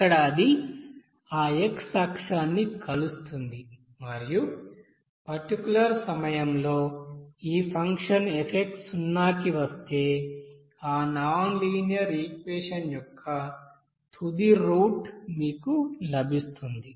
ఇక్కడ అది ఆ x అక్షాన్ని కలుస్తుంది మరియు పర్టిక్యూలర్ సమయంలో ఈ ఫంక్షన్ f సున్నాకి వస్తే ఆ నాన్ లీనియర్ ఈక్యేషన్ం యొక్క తుది రూట్ మీకు లభిస్తుంది